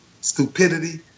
stupidity